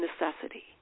necessity